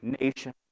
nation